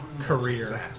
career